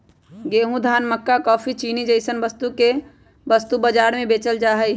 गेंहूं, धान, मक्का काफी, चीनी जैसन वस्तु के वस्तु बाजार में बेचल जा हई